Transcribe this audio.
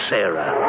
Sarah